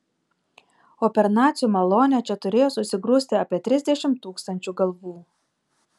o per nacių malonę čia turėjo susigrūsti apie trisdešimt tūkstančių galvų